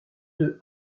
deux